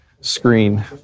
screen